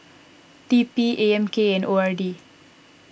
T P A M K and O R D